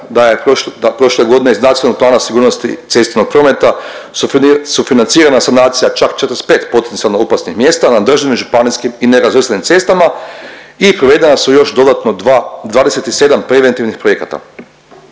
da je prošle godine iz Nacionalnog plana sigurnosti cestovnog prometa sufinancirana sanacija čak 45 potencijalno opasnih mjesta na državnim, županijskim i nerazvrstanim cestama i provedena su još dodatno 2, 27 preventivnih projekata.